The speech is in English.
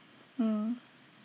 mm